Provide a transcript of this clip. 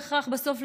בסוף,